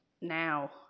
now